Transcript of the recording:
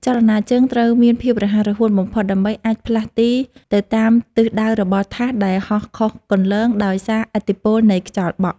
ចលនាជើងត្រូវមានភាពរហ័សរហួនបំផុតដើម្បីអាចផ្លាស់ទីទៅតាមទិសដៅរបស់ថាសដែលហោះខុសគន្លងដោយសារឥទ្ធិពលនៃខ្យល់បក់។